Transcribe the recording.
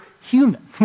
human